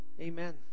amen